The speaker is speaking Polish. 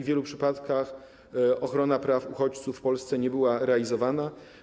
W wielu przypadkach ochrona praw uchodźców w Polsce nie była realizowana.